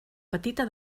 petita